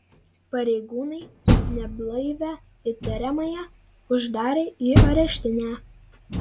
pareigūnai neblaivią įtariamąją uždarė į areštinę